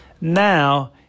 Now